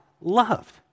loved